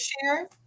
share